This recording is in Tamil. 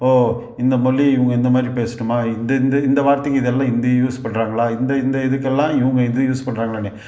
ஓஹ் இந்த மொழி இவங்க இந்தமாதிரி பேசட்டுமா இது இது இந்த வார்த்தைங்க இதெல்லாம் இந்த இது யூஸ் பண்ணுறாங்களா இந்த இந்த இதுக்கெல்லாம் இவங்க இது யூஸ் பண்ணுறாங்களானு